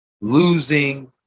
losing